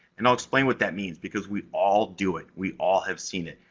and i'll explain what that means, because we all do it. we all have seen it.